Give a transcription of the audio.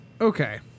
Okay